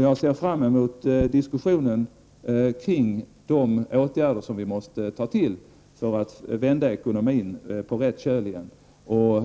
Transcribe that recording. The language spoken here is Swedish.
Jag ser fram emot diskussionen kring de åtgärder som vi måste ta till för att vända ekonomin på rätt köl igen och